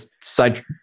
side